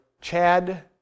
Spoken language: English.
Chad